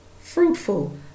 fruitful